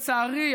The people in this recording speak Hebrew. לצערי,